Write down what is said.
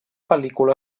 pel·lícula